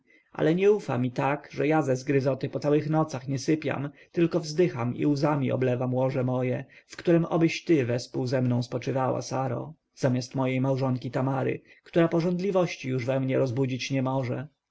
ale nie ufa mi tak że ja ze zgryzoty po całych nocach nie sypiam tylko wzdycham i łzami oblewam łoże moje w którem obyś ty wespół ze mną spoczywała saro zamiast mojej małżonki tamary która pożądliwości już we mnie rozbudzić nie może